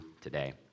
today